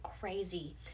crazy